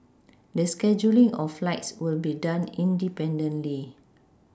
the scheduling of flights will be done independently